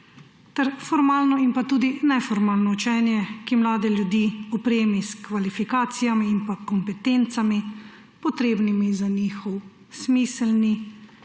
formalno in tudi neformalno učenje, ki mlade ljudi opremi s kvalifikacijami in kompetencami, potrebnimi za njihovo smiselno